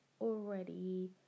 already